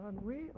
unreal